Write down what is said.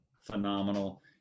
phenomenal